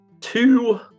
two